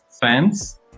fans